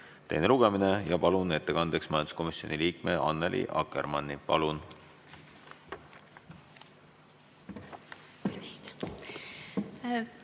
teine lugemine. Palun ettekandjaks majanduskomisjoni liikme Annely Akkermanni. Palun!